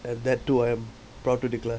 and that too I am proud to declare